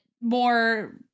more